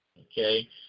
okay